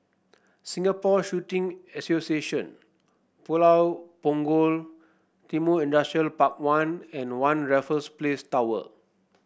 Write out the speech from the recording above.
Singapore Shooting Association Pulau Punggol Timor Industrial Park One and One Raffles Place Tower